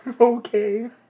Okay